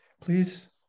please